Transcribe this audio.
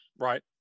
right